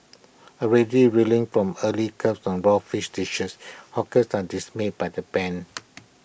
already reeling from earlier curbs on raw fish dishes hawkers are dismayed by the ban